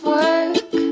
work